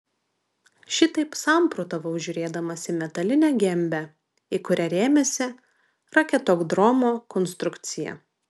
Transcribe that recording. šitaip samprotavau žiūrėdamas į metalinę gembę į kurią rėmėsi raketodromo konstrukcija